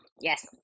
Yes